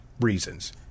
reasons